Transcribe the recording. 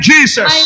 Jesus